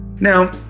Now